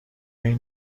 این